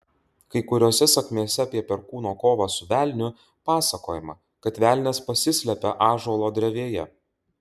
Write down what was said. kai kuriose sakmėse apie perkūno kovą su velniu pasakojama kad velnias pasislepia ąžuolo drevėje